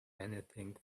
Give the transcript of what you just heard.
anything